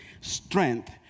strength